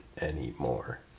anymore